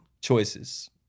Choices